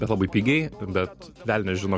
bet labai pigiai bet velnias žino